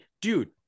dude